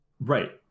Right